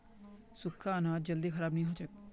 सुख्खा अनाज जल्दी खराब नी हछेक